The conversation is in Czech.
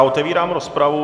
Otevírám rozpravu.